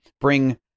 bring